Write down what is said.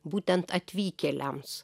būtent atvykėliams